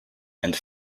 and